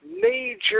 Major